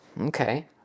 Okay